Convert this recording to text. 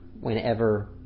whenever